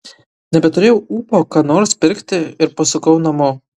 nebeturėjau ūpo ką nors pirkti ir pasukau namo